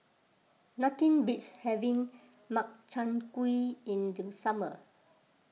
nothing beats having Makchang Gui in the summer